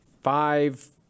Five